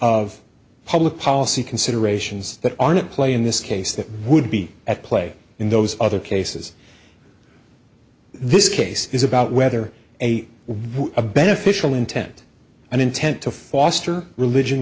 of public policy considerations that are at play in this case that would be at play in those other cases this case is about whether they were a beneficial intent and intent to foster religion